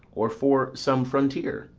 or for some frontier?